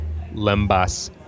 lembas